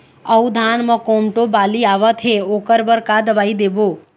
अऊ धान म कोमटो बाली आवत हे ओकर बर का दवई देबो?